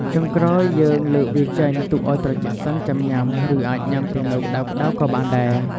ចុងក្រោយយើងលើកវាចេញទុកឱ្យត្រជាក់សិនចាំញ៉ាំ ឬអាចញ៉ាំទាំងនៅក្ដៅៗក៏បានដែរ។